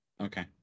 Okay